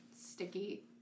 sticky